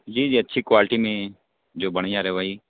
جی جی اچھی کوالٹی میں جو بڑھیاں رہے وہی